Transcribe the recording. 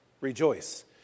rejoice